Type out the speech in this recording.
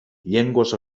llengües